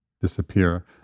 disappear